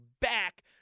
back